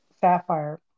sapphire